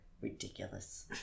Ridiculous